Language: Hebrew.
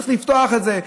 צריך לפתוח את זה,